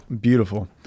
beautiful